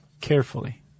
carefully